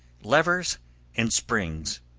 levers and springs,